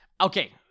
Okay